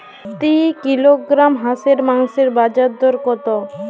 প্রতি কিলোগ্রাম হাঁসের মাংসের বাজার দর কত?